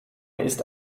ist